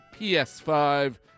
PS5